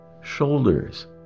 shoulders